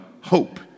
hope